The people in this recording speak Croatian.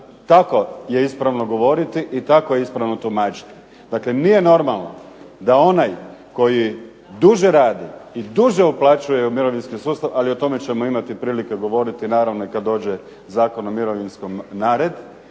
Tako je ispravno govoriti i tako je ispravno tumačiti. Dakle, nije normalno da onaj koji duže radi i duže uplaćuje u mirovinski sustav, ali o tome ćemo imati prilike govoriti kada dođe Zakon o mirovinskom na red,